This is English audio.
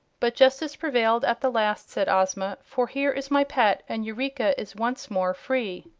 but justice prevailed at the last, said ozma, for here is my pet, and eureka is once more free.